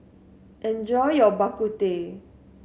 enjoy your Bak Kut Teh